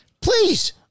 Please